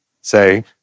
say